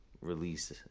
release